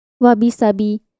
Wabi-sabi